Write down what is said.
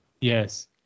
Yes